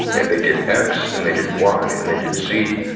and they did x, and they did y, and they did z,